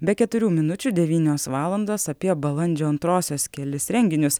be keturių minučių devynios valandos apie balandžio antrosios kelis renginius